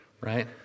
Right